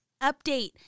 Update